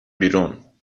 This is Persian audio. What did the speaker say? بیرون